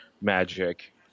magic